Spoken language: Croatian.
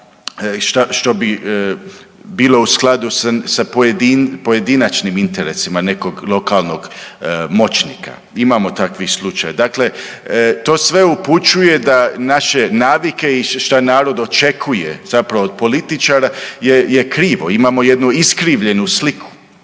što bi bilo u skladu s pojedin, pojedinačnim interesima nekog lokalnog moćnika. Imamo takvi slučaj. Dakle to sve upućuje da naše navike i šta narod očekuje, zapravo od političara je krivo, imamo jednu iskrivljenu sliku.